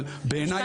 אבל בעיניי.